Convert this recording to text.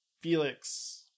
Felix